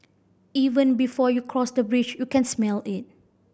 even before you cross the bridge you can smell it